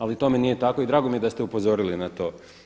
Ali tome nije tako i drago mi je da ste upozorili na to.